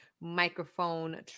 microphone